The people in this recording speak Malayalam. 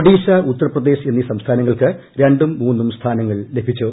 ഒഡീഷ ഉത്തർപ്രദേശ് എന്നീ സംസ്ഥാനങ്ങൾക്ക് രണ്ടും മൂന്നും സ്ഥാനങ്ങൾ ലഭിച്ചു